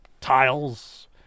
tiles